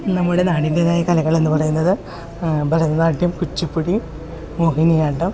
നമ്മുടെ നാടിന്റെതായ കലകളെന്ന് പറയുന്നത് ഭരതനാട്ട്യം കുച്ചിപ്പൊടി മോഹിനിയാട്ടം